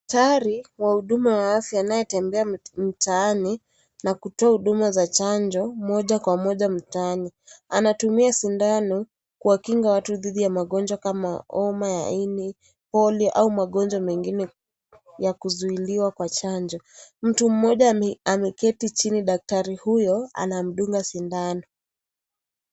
Daktari wa huduma wa afya anayetembea mtaani na kutoa huduma za chanjo moja kwa moja mtaani. Anatumia sindano kuwa kinga watu dhidi ya magonjwa kama, homa ya ini, polio au magonjwa mengine ya kuzuiliwa kwa chanjo. Mtu mmoja ameketi chini daktari huyo anamdunga sindano.